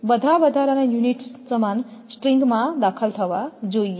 બધા વધારાના યુનિટ સમાન સ્ટ્રિંગમાં દાખલ થવા જોઈએ